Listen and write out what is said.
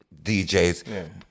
DJs